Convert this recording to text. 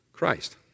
Christ